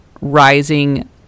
rising